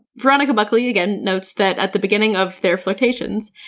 veronica buckley again notes that at the beginning of their flirtations,